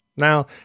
Now